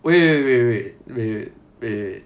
wait wait wait wait wait